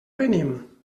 venim